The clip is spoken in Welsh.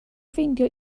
ffeindio